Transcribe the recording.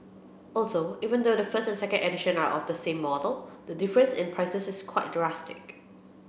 also even though the first and second edition are of the same model the difference in prices is quite drastic